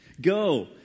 Go